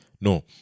No